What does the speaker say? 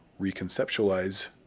reconceptualize